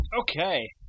okay